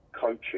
coaching